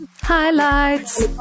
Highlights